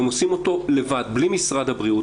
הם עושים אותו לבד בלי משרד הבריאות,